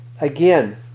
Again